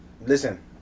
Listen